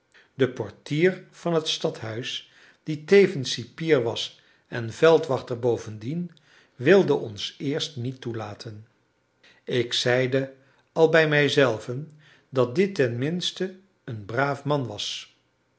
de portier van het stadhuis die tevens cipier was en veldwachter bovendien wilde ons eerst niet toelaten ik zeide al bij mij zelven dat dit tenminste een braaf man was